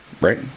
right